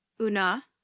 Una